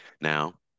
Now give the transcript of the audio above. Now